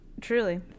truly